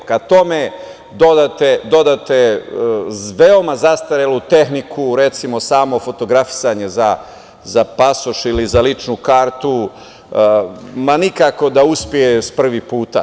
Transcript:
Kada tome dodate veoma zastarelu tehniku, recimo, samo fotografisanje za pasoš ili za ličnu kartu, ma nikako da uspe iz prvog puta.